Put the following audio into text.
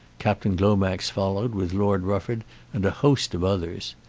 captain glomax followed with lord rufford and a host of others.